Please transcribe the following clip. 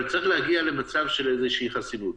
אבל, צריך להגיע למצב של איזו שהיא חסינות.